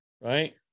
right